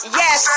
yes